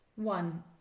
One